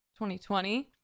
2020